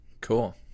cool